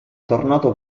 tornato